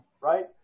right